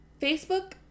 Facebook